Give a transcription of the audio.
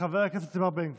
חבר הכנסת איתמר בן גביר,